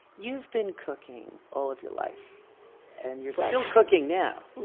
you've been cooking all of your life and you're still cooking now